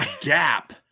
gap